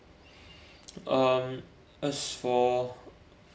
um as for